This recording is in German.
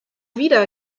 wieder